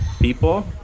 people